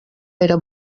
era